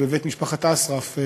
בבית משפחת אסרף.